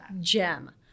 gem